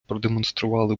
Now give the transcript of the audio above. продемонстрували